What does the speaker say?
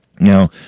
Now